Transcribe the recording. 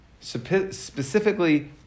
specifically